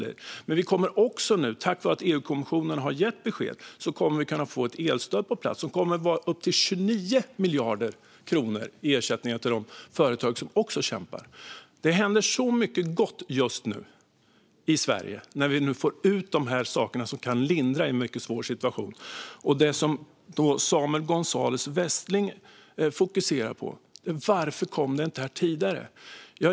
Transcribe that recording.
Vi kommer också nu, tack vare att EU-kommissionen har gett besked, att kunna få på plats ett elstöd på upp till 29 miljarder kronor som ersättning till de företag som också kämpar. Det händer så mycket gott i Sverige just nu, när vi nu får ut de här sakerna som kan lindra i en mycket svår situation. Det som Samuel Gonzalez Westling då fokuserar på är varför detta inte kom tidigare.